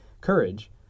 courage